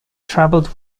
traveled